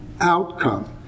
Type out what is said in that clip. outcome